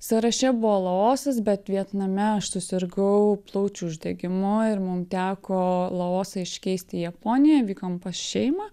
sąraše buvo laosas bet vietname aš susirgau plaučių uždegimu ir mum teko laosą iškeisti į japoniją vykom pas šeimą